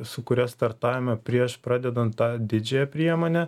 su kuria startavome prieš pradedant tą didžiąją priemonę